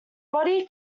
body